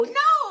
no